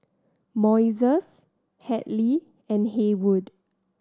Moises Hadley and Haywood